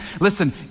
Listen